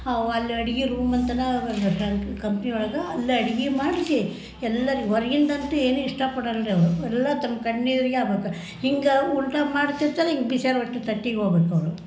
ಅವು ಅಲ್ಲಿ ಅಡಿಗೆ ರೂಮ್ ಅಂತನೇ ಕಂಪ್ನಿ ಒಳಗೆ ಅಲ್ಲೇ ಅಡಿಗೆ ಮಾಡಿಸಿ ಎಲ್ಲರಿಗೂ ಹೊರ್ಗಿದಂತೂ ಏನೂ ಇಷ್ಟಪಡಲ್ಲ ರೀ ಅವರು ಎಲ್ಲ ತನ್ನ ಕಣ್ಣು ಎದ್ರಿಗೇ ಆಗ್ಬೇಕು ಹಿಂಗೇ ಊಟ ಮಾಡ್ತಿರ್ತಾರ್ ಹಿಂಗೇ ಬಿಸೀದ್ ರೊಟ್ಟಿ ತಟ್ಟೆಗ್ ಹೋಬೇಕ್ ಅವರು